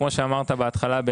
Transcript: כמו שאמרת בהתחלה,